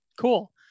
Cool